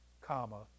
comma